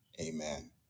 amen